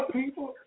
people